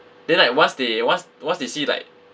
then like once they once once they see like